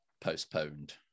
postponed